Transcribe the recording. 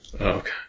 Okay